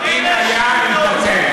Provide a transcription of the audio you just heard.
אלה שטויות.